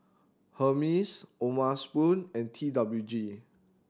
Hermes O'ma Spoon and T W G